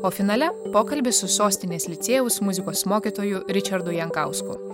o finale pokalbis su sostinės licėjaus muzikos mokytoju ričardu jankausku